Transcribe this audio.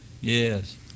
yes